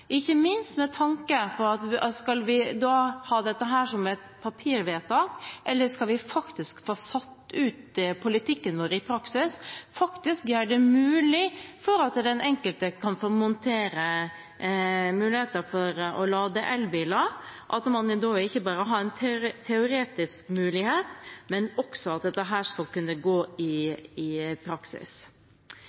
ikke minst med tanke på om vi skal ha dette som et papirvedtak, eller om vi faktisk skal få satt ut politikken vår i praksis ved å gjøre det mulig for den enkelte å montere muligheter til å lade elbiler – at man ikke bare har en teoretisk mulighet, men at dette også skal kunne gå i praksis. Det stemmer heller ikke, det som representanten Aasland var inne på, at vi rodde i